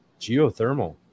geothermal